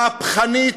מהפכנית,